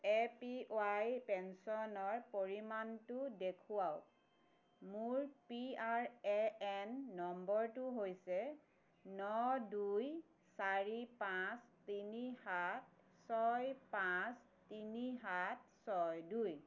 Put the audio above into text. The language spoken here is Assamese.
এ পি ৱাই পেঞ্চনৰ পৰিমাণটো দেখুৱাওক মোৰ পি আৰ এ এন নম্বৰটো হৈছে ন দুই চাৰি পাঁচ তিনি সাত ছয় পাঁচ তিনি সাত ছয় দুই